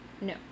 No